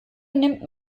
nimmt